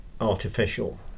artificial